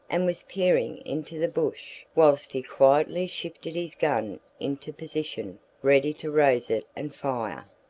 and was peering into the bush whilst he quietly shifted his gun into position, ready to raise it and fire.